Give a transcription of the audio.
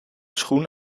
schoen